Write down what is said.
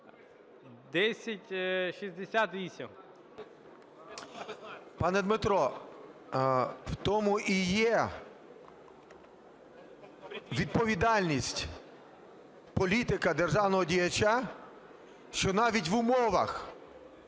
Н.І. Пане Дмитро, в тому і є відповідальність політика, державного діяча, що навіть в умовах